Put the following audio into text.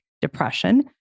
depression